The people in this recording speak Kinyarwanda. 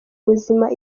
buzima